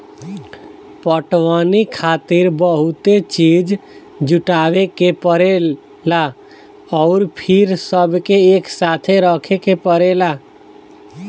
पटवनी खातिर बहुते चीज़ जुटावे के परेला अउर फिर सबके एकसाथे रखे के पड़ेला